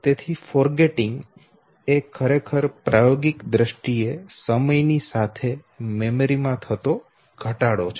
તેથી ભૂલી જવું એ ખરેખર પ્રાયોગિક દ્રષ્ટિ એ સમય ની સાથે મેમરી માં થતો ઘટાડો છે